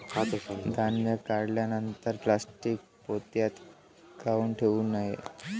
धान्य काढल्यानंतर प्लॅस्टीक पोत्यात काऊन ठेवू नये?